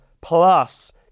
plus